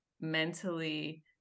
mentally